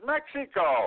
Mexico